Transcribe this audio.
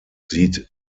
sieht